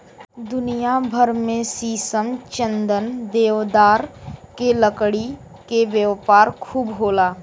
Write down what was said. दुनिया भर में शीशम, चंदन, देवदार के लकड़ी के व्यापार खूब होला